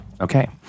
okay